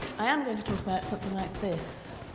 i am going to talk about something like this.